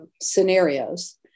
scenarios